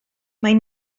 mae